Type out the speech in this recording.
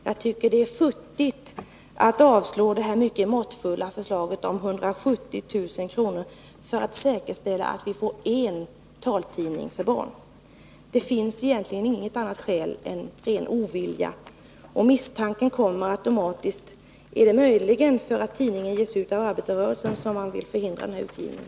Jag tycker att det skulle vara futtigt att avslå det här mycket måttfulla förslaget om 170 000 kr., som skulle säkerställa att vi får en taltidning för barn. Det finns egentligen inget annat skäl än ren ovilja, och misstanken infinner sig omedelbart: Är det möjligen därför att tidningen ges ut av arbetarrörelsen som man vill förhindra utgivningen?